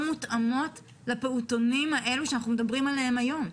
מותאמות לפעוטונים האלה שאנחנו מדברים עליהם היום.